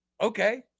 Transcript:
okay